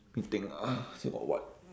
let me think ah still got what